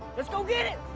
let's go get it!